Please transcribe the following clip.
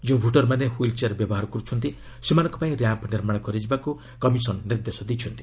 ଯେଉଁ ଭୋଟରମାନେ wheelchair ବ୍ୟବହାର କରୁଛନ୍ତି ସେମାନଙ୍କ ପାଇଁ ର୍ୟାମ୍ପ ନିର୍ମାଣ କରାଯିବାକୁ ମଧ୍ୟ କମିଶନ ନିର୍ଦ୍ଦେଶ ଦେଇଛନ୍ତି